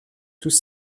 tous